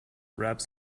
grabbed